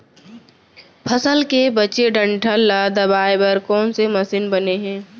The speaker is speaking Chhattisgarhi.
फसल के बचे डंठल ल दबाये बर कोन से मशीन बने हे?